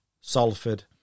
Salford